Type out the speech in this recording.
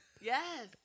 Yes